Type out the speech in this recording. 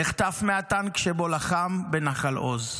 נחטף מהטנק שבו לחם בנחל עוז,